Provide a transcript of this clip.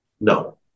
No